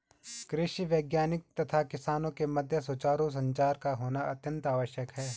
कृषि वैज्ञानिक तथा किसानों के मध्य सुचारू संचार का होना अत्यंत आवश्यक है